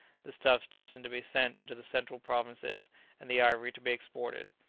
the stuffs destined to be sent into the central provinces and the ivory to be exported.